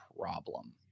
problem